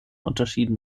unterschieden